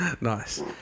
Nice